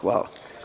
Hvala.